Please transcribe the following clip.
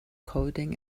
coding